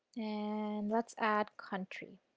and let's add country.